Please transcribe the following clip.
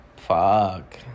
Fuck